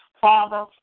Father